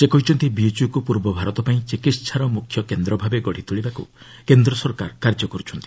ସେ କହିଛନ୍ତି ବିଏଚ୍ୟୁ କୁ ପୂର୍ବ ଭାରତ ପାଇଁ ଚିକିତ୍ସାର ମୁଖ୍ୟ କେନ୍ଦ୍ର ଭାବେ ଗଢ଼ି ତୋଳିବାକୁ କେନ୍ଦ୍ର ସରକାର କାର୍ଯ୍ୟ କରୁଛନ୍ତି